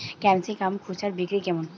Capsicum খুচরা বিক্রি কেমন?